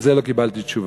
על זה לא קיבלתי תשובה.